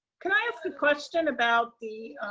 can i ask a question about the